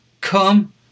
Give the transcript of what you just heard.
come